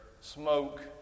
smoke